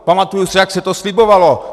Pamatuju se, jak se to slibovalo.